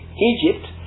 Egypt